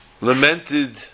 lamented